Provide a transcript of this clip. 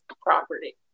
property